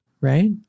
right